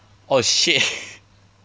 oh shit